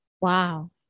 Wow